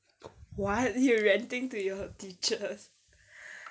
what you ranting to your teachers